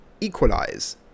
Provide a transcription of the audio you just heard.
equalize